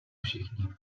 všichni